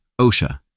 OSHA